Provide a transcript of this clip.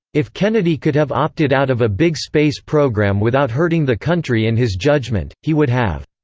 if kennedy could have opted out of a big space program without hurting the country in his judgment, he would have.